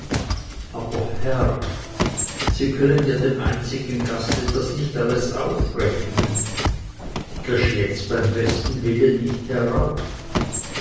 aber herr sie können ja dem einzigen gaste das nicht alles aufrechnen das schlägt's beim besten willen nicht heraus